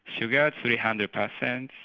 sugar, three hundred percent,